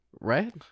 right